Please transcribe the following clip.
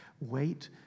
Wait